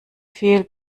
viel